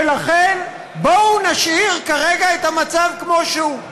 ולכן בואו נשאיר כרגע את המצב כמות שהוא.